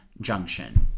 Junction